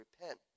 repent